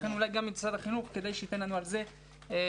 אולי משרד החינוך כדאי שייתן לנו על זה נתון,